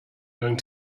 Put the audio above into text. going